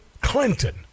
Clinton